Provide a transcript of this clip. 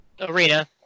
Arena